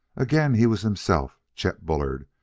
again he was himself, chet bullard,